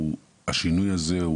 השינוי הזה,